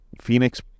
Phoenix